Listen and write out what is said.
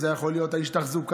זה יכול להיות איש תחזוקה,